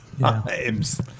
times